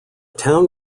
town